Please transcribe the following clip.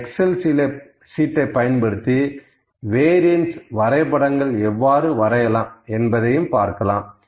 இந்த எக்ஸெல் சீட்டை பயன்படுத்தி வேரியண்ஸ் வரைபடங்கள் எவ்வாறு வரையலாம் என்பதை பார்க்கலாம்